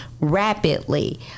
rapidly